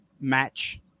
match